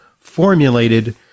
formulated